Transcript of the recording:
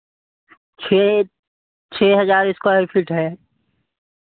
छह छह हज़ार स्कवायर फीट है